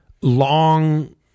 long